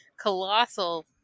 colossal